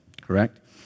correct